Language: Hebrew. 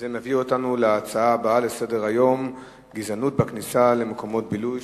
זה מביא אותנו להצעה הבאה על סדר-היום: גזענות בכניסה למקומות בילוי,